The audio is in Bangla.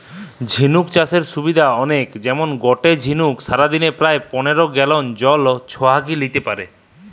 ঝিনুক চাষের সুবিধা অনেক যেমন গটে ঝিনুক সারাদিনে প্রায় পনের গ্যালন জল ছহাকি লেইতে পারে